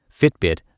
Fitbit